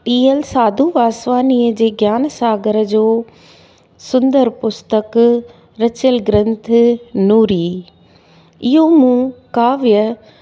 T L Sadhu वासवाणीअ जे ज्ञानु सागर जो सुंदरु पुस्तक रचियल ग्रंथ नूरी इहो मूं काव्य